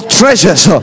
treasures